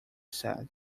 said